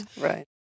Right